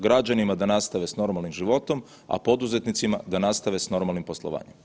Građanima da nastave s normalnim životom, a poduzetnicima da nastave s normalnim poslovanjem.